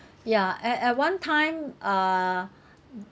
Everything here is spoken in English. ya at at one time uh